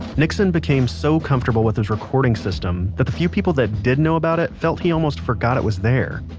nixon became so comfortable with his recording system, that the few people that did know about it felt he almost forgot it was there.